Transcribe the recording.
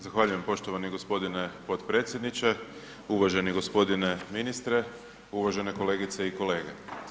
Zahvaljujem poštovani g. potpredsjedniče, uvaženi g. ministre, uvažene kolegice i kolege.